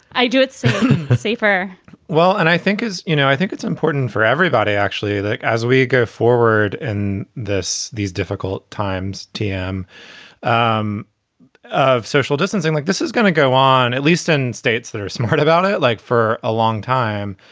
i do. it's safer well, and i think is you know, i think it's important for everybody, actually, as we go forward in this these difficult times, tnm yeah um um of social distancing like this is going to go on at least in states that are smart about it, like for a long time.